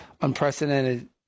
unprecedented